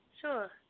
Sure